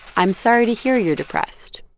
i'm sorry to hear you're depressed.